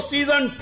Season